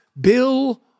Bill